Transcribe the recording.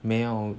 没有